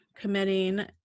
committing